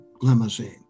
limousine